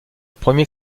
premier